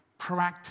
proactive